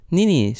Nini